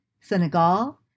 Senegal